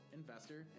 investor